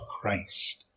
Christ